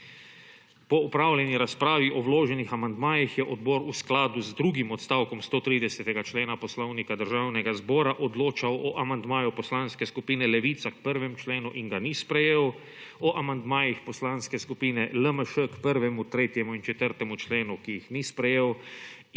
Po opravljeni razpravi o vloženih amandmajih je odbor v skladu z drugim odstavkom 130. člena Poslovnika Državnega zbora odločal o amandmaju Poslanske skupine Levica k 1. členu in ga ni sprejel, o amandmajih Poslanske skupine LMŠ k 1., 3. in 4. členu, ki jih ni sprejel,